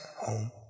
home